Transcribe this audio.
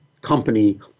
company